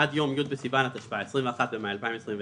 עד יום י' בסיוון התשפ"א (21 במאי 2021)